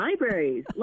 libraries